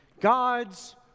God's